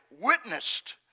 witnessed